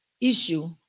issue